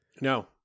No